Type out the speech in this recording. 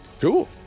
Cool